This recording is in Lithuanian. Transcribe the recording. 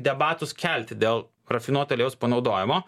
debatus kelti dėl rafinuoto aliejaus panaudojimo